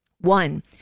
One